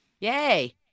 Yay